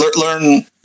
learn